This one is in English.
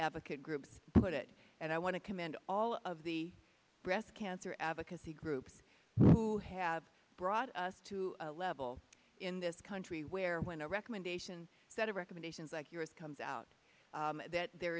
advocate groups put it and i want to commend all of the breast cancer advocacy groups who have brought us to a level in this country where when a recommendation set of recommendations like yours comes out that there